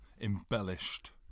embellished